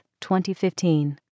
2015